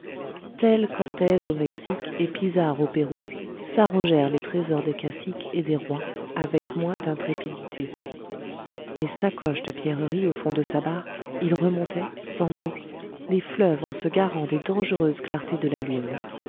tels cortez au mexique et pizarre au pérou s'arrogèrent les trésors des caciques et des rois avec moins d'intrépidité les sacoches de pierreries au fond de sa barque il remontait sans bruit les fleuves en se garant des dangereuses clartés de la lune